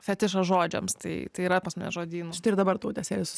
fetišą žodžiams tai tai yra pas mane žodyne ir dabar tautė sėdi su